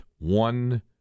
one